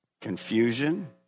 confusion